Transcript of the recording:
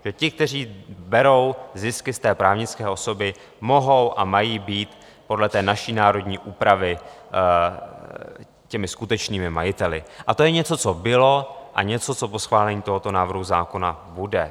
Ti, kteří berou zisky z té právnické osoby, mohou a mají být podle naší národní úpravy těmi skutečnými majiteli a to je něco, co bylo, a něco, co po schválení tohoto návrhu zákona bude.